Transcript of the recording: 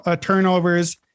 turnovers